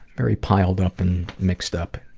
very piled up and mixed up.